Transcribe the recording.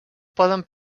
poden